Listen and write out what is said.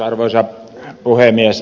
arvoisa puhemies